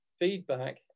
Feedback